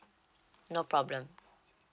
no problem